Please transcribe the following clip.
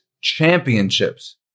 championships